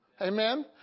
Amen